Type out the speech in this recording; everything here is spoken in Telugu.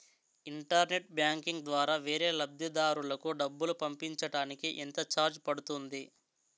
ఇంటర్నెట్ బ్యాంకింగ్ ద్వారా వేరే లబ్ధిదారులకు డబ్బులు పంపించటానికి ఎంత ఛార్జ్ పడుతుంది?